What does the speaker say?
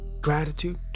Gratitude